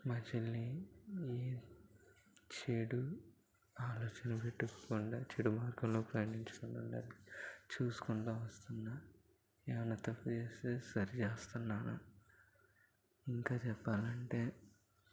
మా చెల్లి ఏ చెడు ఆలోచనలు పెట్టుకోకుండా చెడు మార్గంలో ప్రయాణించకుండా చూసుకుంటూ వస్తున్నాను ఏమైనా తప్పు చేస్తే సరి చేస్తున్నాను ఇంకా చెప్పాలంటే